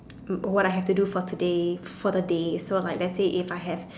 what I have to do for today for the day so like let's say if I have